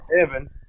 Evan